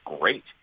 great